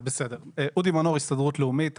אודי מנור, הסתדרות לאומית.